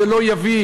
זה לא יביא,